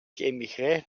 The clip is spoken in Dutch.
geëmigreerd